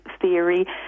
theory